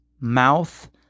mouth